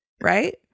right